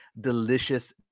delicious